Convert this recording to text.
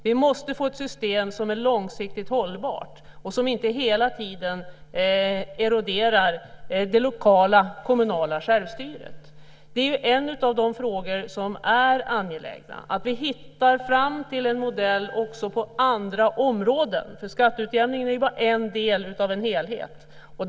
Vi måste få ett system som är långsiktigt hållbart och som inte hela tiden eroderar det lokala och det kommunala självstyret. Det är en av de frågor som är angelägna: att vi hittar fram till en modell också på andra områden. Skatteutjämningen är ju bara en del av en helhet.